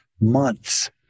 months